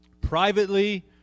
Privately